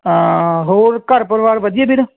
ਹਾਂ ਹੋਰ ਘਰ ਪਰਿਵਾਰ ਵਧੀਆ ਵੀਰ